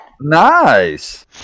Nice